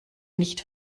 nicht